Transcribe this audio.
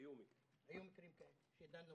שבנו בהם.